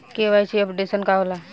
KYC updation का होला?